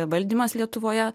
valdymas lietuvoje